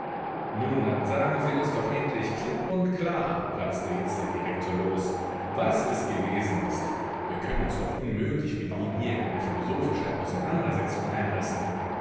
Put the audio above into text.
nun dann sagen sie uns doch endlich klipp und klar platzte jetzt der direktor los was es gewesen ist wir können uns doch unmöglich mit ihnen hier in eine philosophische auseinandersetzung einlassen